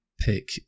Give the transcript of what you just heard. pick